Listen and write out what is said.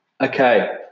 Okay